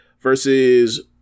versus